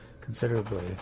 considerably